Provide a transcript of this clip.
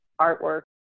artwork